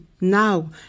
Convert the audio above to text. now